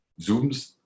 zooms